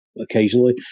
occasionally